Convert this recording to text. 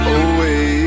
away